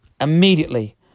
immediately